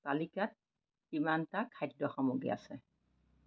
তালিকাত কিমানটা খাদ্য সামগ্ৰী আছে